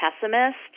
pessimist